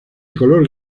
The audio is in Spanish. color